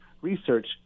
research